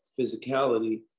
physicality